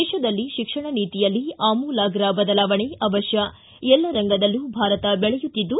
ದೇತದಲ್ಲಿ ಶಿಕ್ಷಣ ನೀತಿಯಲ್ಲಿ ಆಮೂಲಾಗ್ರ ಬದಲಾವಣೆ ಅವಕ್ತ ಎಲ್ಲ ರಂಗದಲ್ಲೂ ಭಾರತ ಬೆಳೆಯುತ್ತಿದ್ದು